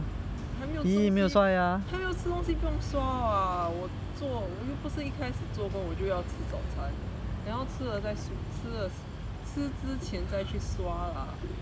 还没有吃东西不用刷 [what] 做我又不是一开始做工我就要吃早餐 then 要吃了再刷吃之前再去刷 lah